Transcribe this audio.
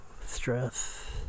stress